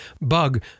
Bug